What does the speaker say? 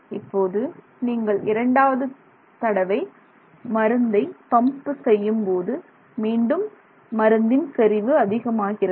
இப்போது நீங்கள் இரண்டாவது தடவை மருந்தை பம்ப் செய்யும் போது மீண்டும் மருந்தின் செறிவு அதிகமாகிறது